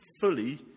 fully